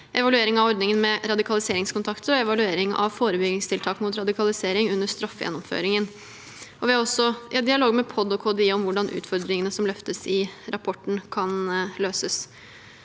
evaluering av ordningen med radikaliseringskontakter og evaluering av forebyggingstiltak mot radikalisering under straffegjennomføringen. Vi har også dialog med Politidirektoratet og Kriminal omsorgsdirektoratet om hvordan utfordringene som løftes i rapporten, kan løses.